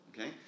Okay